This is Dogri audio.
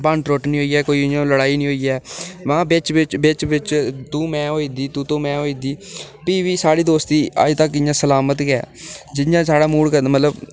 भन्न त्रुट्ट निं होई ऐ कोई इयां लड़ाई निं होई ऐ महां बिच बिच बिच बिच तूं में होई जंदी तू तू में में होई जंदी भी बी साढ़ी दोस्ती अजतक इ'यां सलामत गै जि'यां साढ़ा मूड़ करदा मतलब